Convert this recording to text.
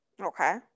Okay